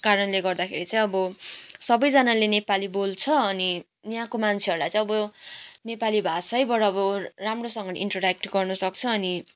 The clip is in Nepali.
कारणले गर्दाखेरि चाहिँ अब सबैजनाले नेपाली बोल्छ अनि यहाँको मान्छेहरूलाई चाहिँ अब नेपाली भाषैबाट अब राम्रोसँगले इन्टर्याक्ट गर्न सक्छ अनि